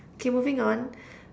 K moving on